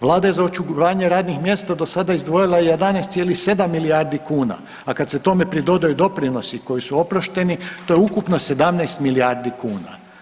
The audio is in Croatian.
Vlada je za očuvanje radnih mjesta do sada izdvojila 11,7 milijardi kuna, a kada se tome pridodaju doprinosi koji su oprošteni to je ukupno 17 milijardi kuna.